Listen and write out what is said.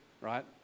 right